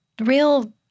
real